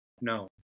no